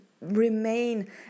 remain